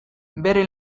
bere